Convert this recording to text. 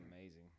amazing